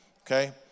okay